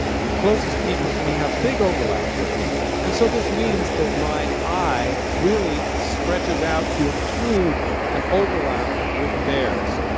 the closest people to me have big overlaps with me, and so this means that my i really stretches out to include an overlap with theirs.